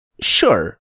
Sure